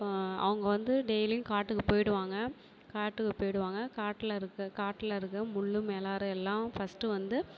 அவங்க வந்து டெய்லியும் காட்டுக்குப் போயிடுவாங்க காட்டுக்குப் போயிடுவாங்க காட்டில் இருக்கற காட்டில் இருக்கற முள்ளு மலரு எல்லாம் ஃபஸ்ட்டு வந்து